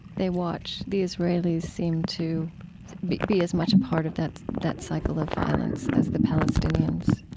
they watch the israelis seem to be be as much a part of that that cycle of violence as the palestinians.